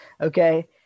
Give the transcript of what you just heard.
Okay